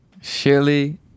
Shirley